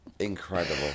Incredible